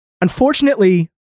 Unfortunately